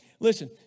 Listen